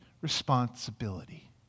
responsibility